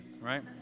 right